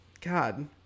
god